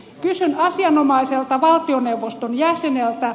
kysyn asianomaiselta valtioneuvoston jäseneltä